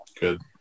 good